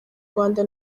rwanda